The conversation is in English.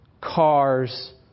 cars